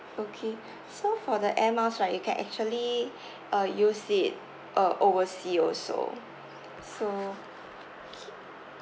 okay so for the air miles like you can actually uh use it uh oversea also so K